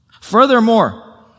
Furthermore